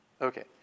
Okay